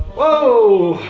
whoa!